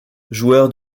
joueur